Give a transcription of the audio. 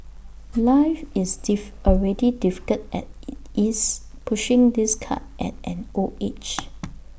life is diff already difficult as IT is pushing this cart at an old age